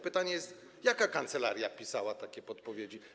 Pytanie brzmi: Jaka kancelaria pisała takie podpowiedzi?